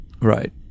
Right